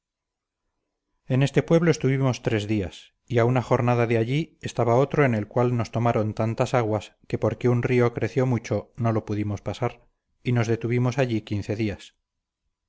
en este pueblo estuvimos tres días y a una jornada de allí estaba otro en el cual nos tomaron tantas aguas que porque un río creció mucho no lo pudimos pasar y nos detuvimos allí quince días